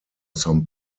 some